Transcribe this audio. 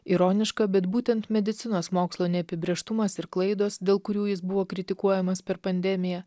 ironiška bet būtent medicinos mokslo neapibrėžtumas ir klaidos dėl kurių jis buvo kritikuojamas per pandemiją